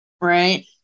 right